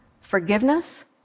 forgiveness